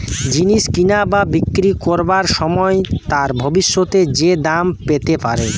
জিনিস কিনা বা বিক্রি করবার সময় তার ভবিষ্যতে যে দাম হতে পারে